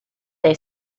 they